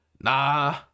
nah